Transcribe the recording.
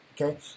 Okay